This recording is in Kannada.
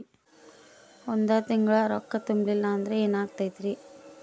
ಒಂದ ತಿಂಗಳ ರೊಕ್ಕ ತುಂಬಿಲ್ಲ ಅಂದ್ರ ಎನಾಗತೈತ್ರಿ?